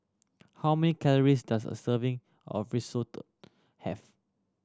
how many calories does a serving of Risotto have